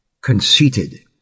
conceited